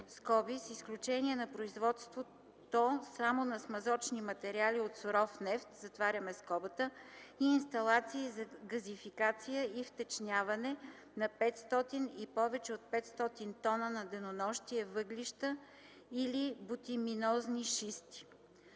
(с изключение на производството само на смазочни материали от суров нефт) и инсталации за газификация и втечняване на 500 и повече от 500 тона на денонощие въглища или битуминозни шисти.